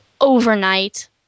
overnight